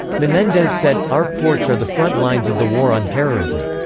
menendez said, our ports are the front lines of the war on terrorism.